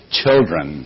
children